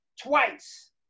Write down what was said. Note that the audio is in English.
twice